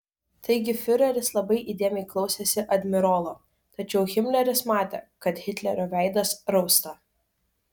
taigi fiureris labai įdėmiai klausėsi admirolo tačiau himleris matė kad hitlerio veidas rausta